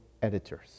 editors